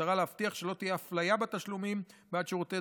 במטרה להבטיח שלא תהיה אפליה בתשלומים בעד שירותי